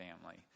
family